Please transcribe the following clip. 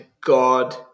God